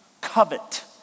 covet